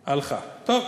הלכה, טוב.